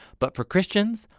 but for christians,